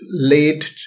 Laid